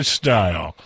style